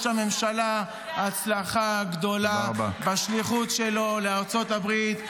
הממשלה הצלחה גדולה בשליחות שלו לארצות הברית,